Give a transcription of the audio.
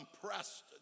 compressed